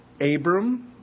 Abram